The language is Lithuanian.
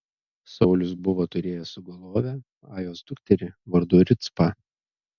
saulius buvo turėjęs sugulovę ajos dukterį vardu ricpą